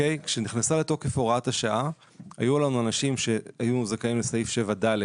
כשנכנסה לתוקף הוראת השעה היו לנו אנשים שהיו זכאים לסעיף 7ד,